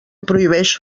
prohibeix